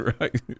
right